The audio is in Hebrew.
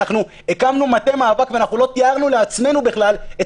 הקמנו מטה מאבק ולא תיארנו לעצמנו בכלל את